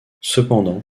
cependant